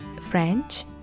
French